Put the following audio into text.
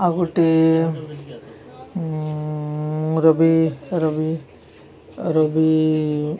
ଆଉ ଗୋଟେ ରବି ରବି ରବି